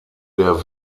der